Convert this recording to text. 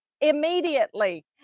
immediately